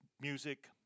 music